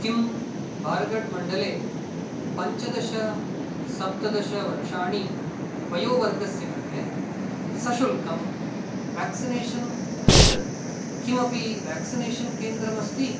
किं बरगढ़् मण्डले पञ्चदश सप्तदशवर्षाणि वयोवर्गस्य कृते सशुल्कं वेक्सिनेशन् ददत् किमपि वेक्सिनेशन् केन्द्रम् अस्ति